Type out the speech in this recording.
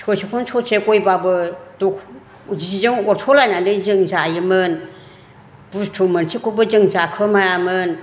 ससेखौनो ससे गयबाबो जिजों अरस'लायनानै जों जायोमोन बुस्तु मोनसेखौबो जों जाख्ल'नो हायामोन